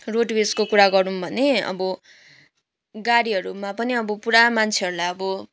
roadways कुरा गरौँ भने अब गाडीहरूमा पनि अब पुरा मान्छेहरूलाई अब